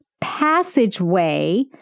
passageway